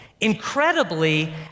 incredibly